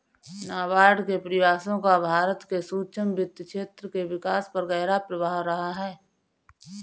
नाबार्ड के प्रयासों का भारत के सूक्ष्म वित्त क्षेत्र के विकास पर गहरा प्रभाव रहा है